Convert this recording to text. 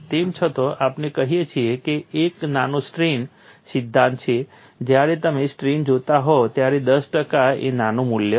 તેમ છતાં આપણે કહીએ છીએ કે તે એક નાનો સ્ટ્રેઇન સિદ્ધાંત છે જ્યારે તમે સ્ટ્રેઇન જોતા હો ત્યારે 10 ટકા એ નાનું મૂલ્ય નથી